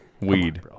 weed